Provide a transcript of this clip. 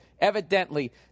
Evidently